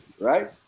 right